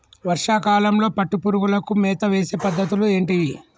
వర్షా కాలంలో పట్టు పురుగులకు మేత వేసే పద్ధతులు ఏంటివి?